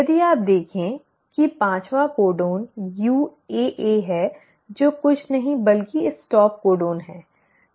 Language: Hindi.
यदि आप देखें कि पाँचवाँ कोडन UAA है जो कुछ नहीं बल्कि स्टॉप कोडन है